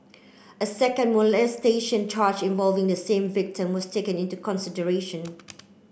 a second molestation charge involving the same victim was taken into consideration